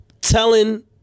telling